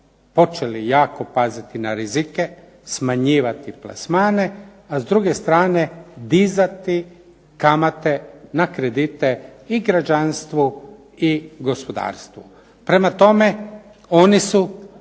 počeli jako paziti na rizike, smanjivati plasmane, a s druge strane dizati kamate na kredite i građanstvu i gospodarstvu. Prema tome, oni su